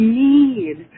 need